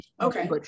okay